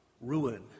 ruin